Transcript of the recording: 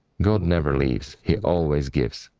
god never leaves, he always gives.